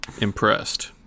Impressed